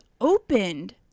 opened